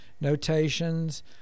notations